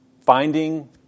finding